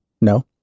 No